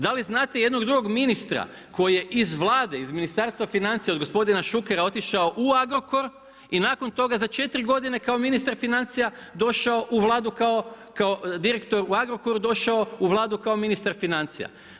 Da li znate jednog drugog ministra koji je iz Vlade, iz Ministarstva financija, od gospodina Šukera otišao u Agrokor i nakon toga za 4 godine, kao ministar financija došao u Vladu, kao direktor u Agrokoru došao u Vladu kao ministar financija?